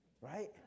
Right